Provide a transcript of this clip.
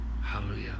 Hallelujah